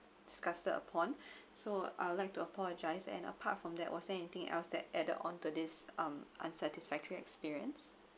disgusted upon so I would like to apologise and apart from that was there anything else that added onto this um unsatisfactory experience